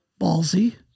ballsy